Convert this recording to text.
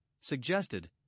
suggested